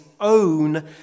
own